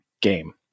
game